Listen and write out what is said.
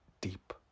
deep